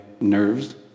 nerves